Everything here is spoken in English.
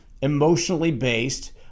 emotionally-based